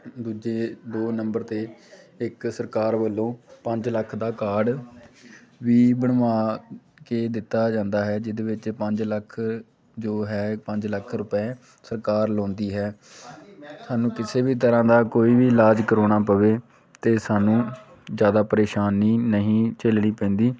ਦੂਜੇ ਦੋ ਨੰਬਰ 'ਤੇ ਇੱਕ ਸਰਕਾਰ ਵੱਲੋਂ ਪੰਜ ਲੱਖ ਦਾ ਕਾਰਡ ਵੀ ਬਣਵਾ ਕੇ ਦਿੱਤਾ ਜਾਂਦਾ ਹੈ ਜਿਹਦੇ ਵਿੱਚ ਪੰਜ ਲੱਖ ਜੋ ਹੈ ਪੰਜ ਲੱਖ ਰੁਪਏ ਸਰਕਾਰ ਲਾਉਂਦੀ ਹੈ ਸਾਨੂੰ ਕਿਸੇ ਵੀ ਤਰ੍ਹਾਂ ਦਾ ਕੋਈ ਵੀ ਇਲਾਜ ਕਰਾਉਣਾ ਪਵੇ ਤਾਂ ਸਾਨੂੰ ਜ਼ਿਆਦਾ ਪ੍ਰੇਸ਼ਾਨੀ ਨਹੀਂ ਝੱਲਣੀ ਪੈਂਦੀ